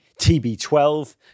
TB12